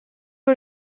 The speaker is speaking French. que